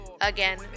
again